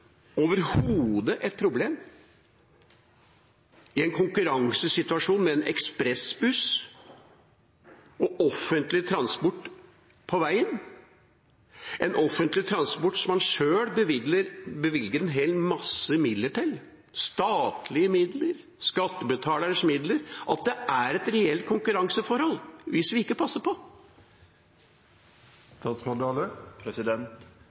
overhodet ikke et problem i en konkurransesituasjon mellom en ekspressbuss og offentlig transport på veien – offentlig transport som han selv bevilger en hel masse midler til, statlige midler, skattebetalernes midler – og at det er et reelt konkurranseforhold hvis vi ikke passer